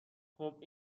خوب